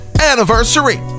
anniversary